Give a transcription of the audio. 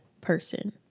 person